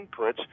inputs